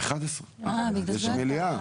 עד 11:00, יש מליאה,